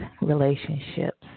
relationships